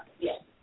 Yes